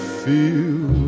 feel